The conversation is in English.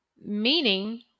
Meaning